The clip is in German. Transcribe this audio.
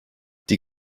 die